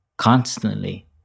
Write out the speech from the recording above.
Constantly